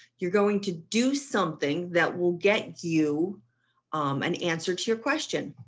you're going to do something that will get you an answer to your question,